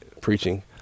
preaching